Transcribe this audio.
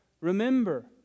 remember